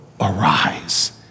arise